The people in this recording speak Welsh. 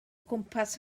gwmpas